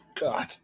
God